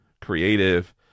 creative